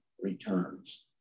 returns